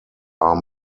are